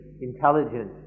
intelligent